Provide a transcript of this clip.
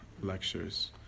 lectures